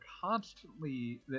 constantly